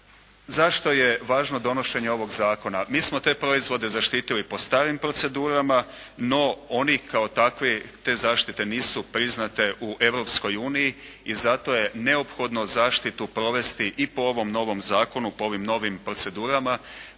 Zašto je važno donošenje ovog zakona? Mi smo te proizvode zaštitili po starim procedurama, no oni kao takvi te zaštite nisu priznate u Europskoj uniji i zato je neophodno zaštitu provesti i po ovom novim zakonu, po ovim novim procedurama